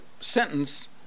sentence